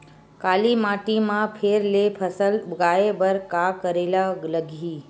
काली माटी म फेर ले फसल उगाए बर का करेला लगही?